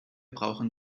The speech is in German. brauchen